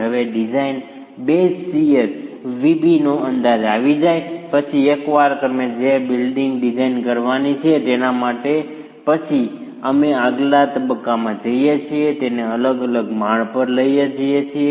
હવે design base shear VB નો અંદાજ આવી જાય પછી એકવાર તમે જે બિલ્ડીંગ ડિઝાઇન કરવાની છે તેના માટે પછી અમે આગલા તબક્કામાં જઈએ છીએ જે તેને અલગ અલગ માળ પર લઈ જઈએ છીએ